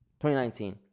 2019